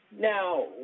Now